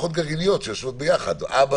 משפחות גרעיניות שיושבות ביחד אבא